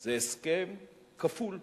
זה הסכם כפול ומכופל.